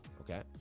Okay